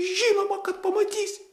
žinoma kad pamatysi